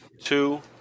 two